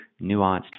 nuanced